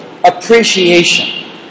Appreciation